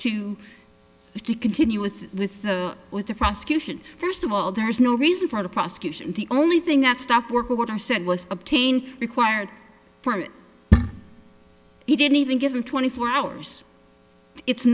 you continue with with with the prosecution first of all there's no reason for the prosecution the only thing that stop work order said was obtain required for he didn't even give him twenty four hours it's